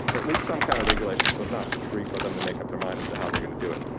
at least some kind of regulations. so it's not just free for them to make up their mind as to how they're gonna do it.